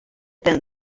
than